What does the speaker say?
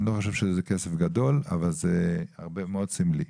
אני לא חושב שזה כסף גדול אבל זה מאוד סמלי.